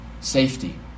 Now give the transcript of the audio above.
Safety